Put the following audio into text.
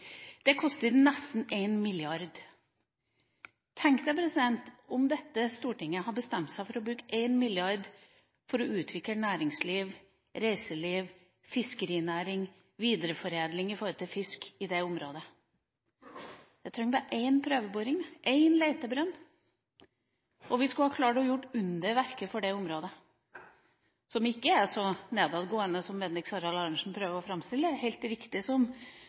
koster nesten 1 mrd. kr. Tenk deg om dette Stortinget hadde bestemt seg for å bruke 1mrd. kr for å utvikle næringsliv, reiseliv, fiskerinæring og videreforedling av fisk i dette området. En trenger bare én leitebrønn, og vi skulle ha klart å gjøre underverker for området – som ikke er så nedadgående som Bendiks Harald Arnesen prøver å framstille det som. Det er helt riktig